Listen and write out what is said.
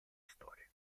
storie